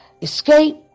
escape